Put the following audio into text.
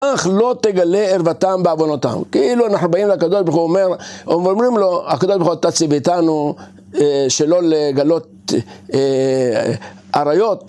אך לא תגלה ערוותם בעוונותם כאילו אנחנו באים לקדוש ברוך הוא ואומרים לו אתה ציוויתנו שלא לגלות עריות